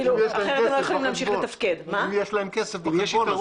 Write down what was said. אחרת הם לא יכולים להמשיך לתפקד - אם יש להם כסף בחשבון.